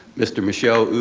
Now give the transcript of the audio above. mr. michel